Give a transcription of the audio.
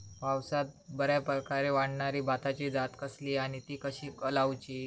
पावसात बऱ्याप्रकारे वाढणारी भाताची जात कसली आणि ती कशी लाऊची?